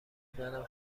منم